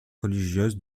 religieuse